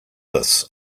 this